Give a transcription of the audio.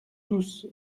tous